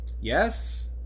Yes